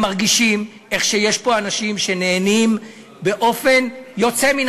הם מרגישים שיש פה אנשים שנהנים באופן יוצא מן